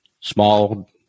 small